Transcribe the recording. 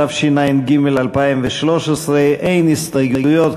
התשע"ג 2013. אין הסתייגויות,